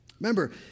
Remember